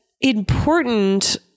important